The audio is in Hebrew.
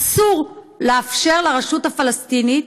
אסור לאפשר לרשות הפלסטינית